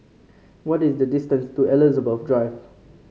what is the distance to Elizabeth Drive